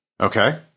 Okay